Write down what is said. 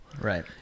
Right